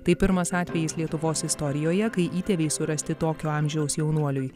tai pirmas atvejis lietuvos istorijoje kai įtėviai surasti tokio amžiaus jaunuoliui